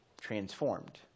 transformed